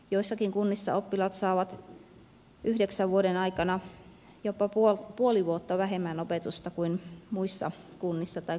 joissakin kunnissa oppilaat saavat yhdeksän vuoden aikana jopa puoli vuotta vähemmän opetusta kuin muissa kunnissa tai kouluissa